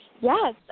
Yes